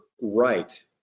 right